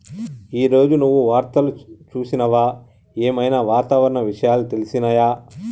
ఈ రోజు నువ్వు వార్తలు చూసినవా? ఏం ఐనా వాతావరణ విషయాలు తెలిసినయా?